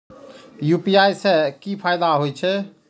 UPI से की फायदा हो छे?